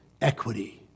Equity